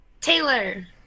Taylor